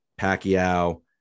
Pacquiao